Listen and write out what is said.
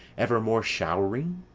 evermore show'ring?